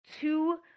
two